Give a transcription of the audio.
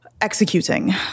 executing